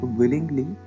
willingly